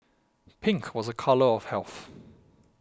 pink was a colour of health